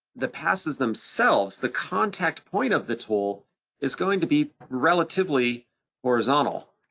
the passes themselves, the contact point of the tool is going to be relatively horizontal,